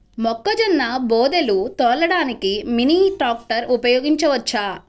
మొక్కజొన్న బోదెలు తోలడానికి మినీ ట్రాక్టర్ ఉపయోగించవచ్చా?